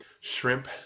shrimp